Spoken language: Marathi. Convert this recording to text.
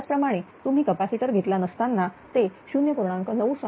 त्याचप्रमाणे तुम्ही कॅपॅसिटर घेतला नसताना ते 0